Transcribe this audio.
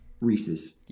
Reese's